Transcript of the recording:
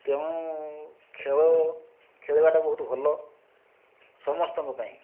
ତେଣୁ ଖେଳ ଖେଳିବାଟା ବହୁତ ଭଲ ସମସ୍ତଙ୍କ ପାଇଁ